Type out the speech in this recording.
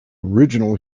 original